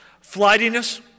Flightiness